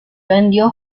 vendió